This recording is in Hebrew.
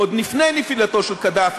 עוד לפני נפילתו של קדאפי,